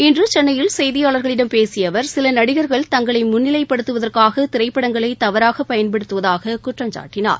இன்று சென்னையில் செய்தியாளர்களிடம் பேசிய அவர் சில நடிகர்கள் தங்களை முன்னிலைப்படுத்துவதற்காக திரைப்படங்களை தவறாக பயன்படுத்தவதாகக் குற்றம்சாட்டினார்